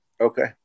okay